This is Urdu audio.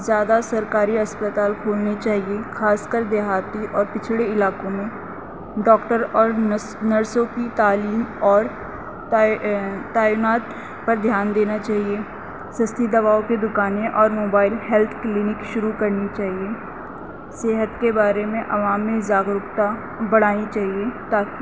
زیادہ سرکاری اسپتال کھولنی چاہیے خاص کر دیہاتی اور پچھڑے علاقوں میں ڈاکٹر اور نس نرسوں کی تعلیم اور تعینات پر دھیان دینا چاہیے سستی دواؤ کی دکانیں اور موبائل ہیلتھ کلینک شروع کرنی چاہیے صحت کے بارے میں عوام میں جاگرکتا بڑھانی چاہیے تاکہ